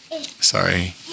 Sorry